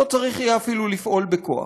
לא צריך יהיה אפילו לפעול בכוח,